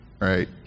right